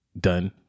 done